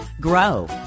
grow